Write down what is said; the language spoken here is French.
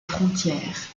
frontières